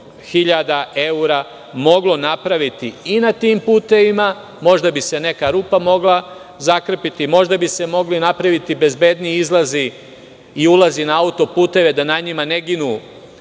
evra moglo uraditi i na tim putevima. Možda bi se neka rupa mogla zakrpiti. Možda bi se mogli napraviti bezbedniji izlazi i ulazi na autoputevima, da na njima ne ginu